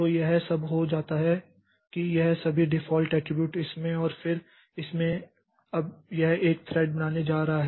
तो यह सब हो जाता है कि यह सभी डिफ़ॉल्ट एट्रिब्यूट इसमें और फिर इसमें अब यह एक थ्रेड बनाने जा रहा है